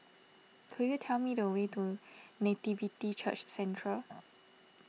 could you tell me the way to Nativity Church Centre